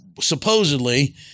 supposedly